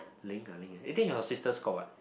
Ling ah Ling eh then your sisters call what